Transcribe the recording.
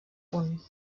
punt